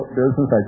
business